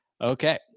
okay